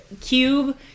cube